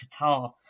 Qatar